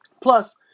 Plus